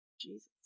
Jesus